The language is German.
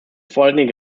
vorliegende